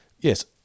yes